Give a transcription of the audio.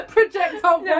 Projectile